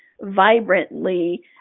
vibrantly